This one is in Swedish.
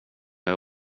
jag